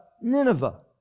Nineveh